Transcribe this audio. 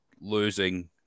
losing